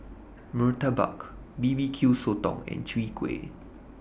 Murtabak B B Q Sotong and Chwee Kueh